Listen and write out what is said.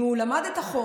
אם הוא למד את החומר,